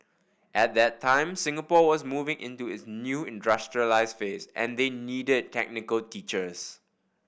at that time Singapore was moving into its new industrialised phase and they needed technical teachers